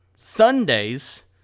Sundays